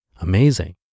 Amazing